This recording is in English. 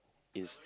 it's